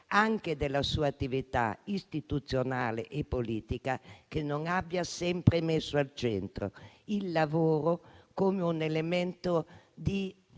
anche della sua attività istituzionale e politica, in cui non abbia sempre messo al centro il lavoro come elemento di